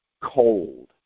cold